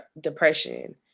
depression